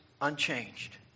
unchanged